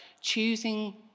choosing